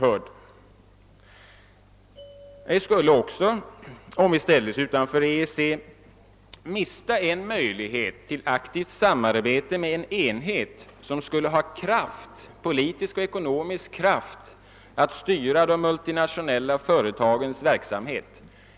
Om vi ställde oss utanför EEC skulle vi också mista en möjlighet till aktivt samarbete med en enhet som skulle ha politisk och ekonomisk kraft att styra de multinationella företagens verksamhet.